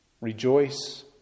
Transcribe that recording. Rejoice